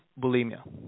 bulimia